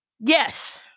yes